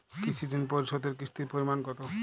কৃষি ঋণ পরিশোধের কিস্তির পরিমাণ কতো?